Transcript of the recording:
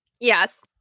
Yes